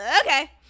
Okay